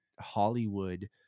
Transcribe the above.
Hollywood